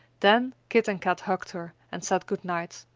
then kit and kat hugged her and said good-night,